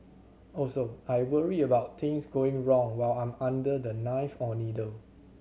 also I worry about things going wrong while I'm under the knife or needle